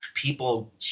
people